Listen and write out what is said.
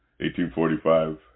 1845